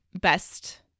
best